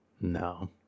No